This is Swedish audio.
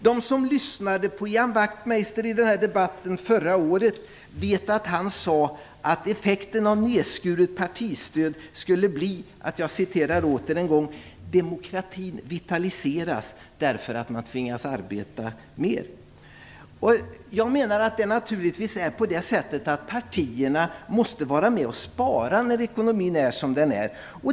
De som lyssnade på Ian Wachtmeister i debatten förra året vet att han sade att effekten av nedskuret partistöd skulle bli att "demokratin vitaliseras därför att man tvingas arbeta mer". Naturligtvis måste partierna vara med och spara när ekonomin är som den är.